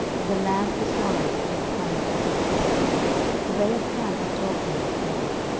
and the land was wide, and quiet, and peaceable for they of ham had dwelt there of old.